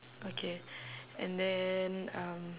okay and then um